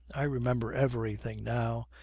i remember everything now.